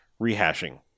rehashing